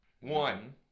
One